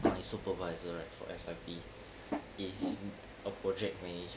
his supervisor right for F_Y_P is a project manager